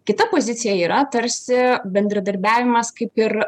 kita pozicija yra tarsi bendradarbiavimas kaip ir